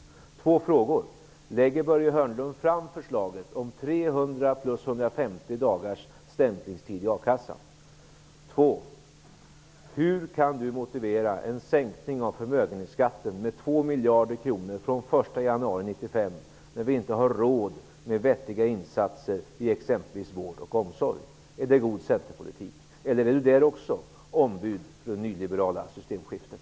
Jag har två frågor: Lägger Börje Hörnlund fram förslaget om 300 plus 150 dagars stämplingstid i akassan? Hur kan Per-Ola Eriksson motivera en sänkning av förmögenhetsskatten med 2 miljarder kronor från den 1 januari 1995 när vi inte har råd med vettiga insatser i exempelvis vård och omsorg? Är det god centerpolitik, eller är Per-Ola Eriksson också på den punkten ombud för det nyliberala systemskiftet?